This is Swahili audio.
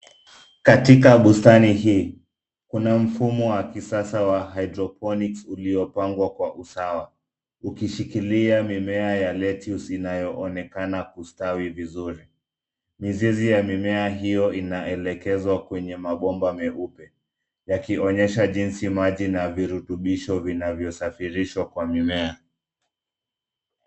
Katika bustani hii, kuna mfumo wa kisasa wa hdropinics uliopangwa kwa usawa, ukishikilia mimea ya lettuce , inayoonekana kustawi vizuri. Mizizi ya mimea hio inaelekezwa kwenye mabomba meupe yakionyesha jinsi maji na virutubisho vinavyosafirishwa kwa mimea.